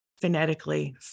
phonetically